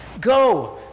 Go